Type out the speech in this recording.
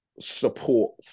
support